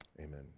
Amen